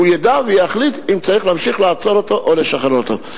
שהוא ידע ויחליט אם צריך להמשיך לעצור אותו או לשחרר אותו.